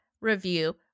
review